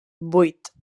vuit